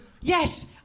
Yes